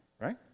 right